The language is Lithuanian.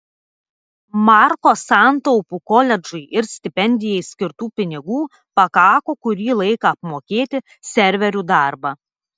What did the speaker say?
marko santaupų koledžui ir stipendijai skirtų pinigų pakako kurį laiką apmokėti serverių darbą